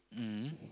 mmhmm